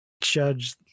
judge